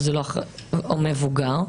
או מבוגר,